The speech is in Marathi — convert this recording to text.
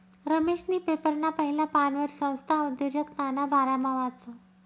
रमेशनी पेपरना पहिला पानवर संस्था उद्योजकताना बारामा वाचं